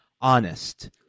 Honest